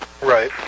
Right